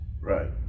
Right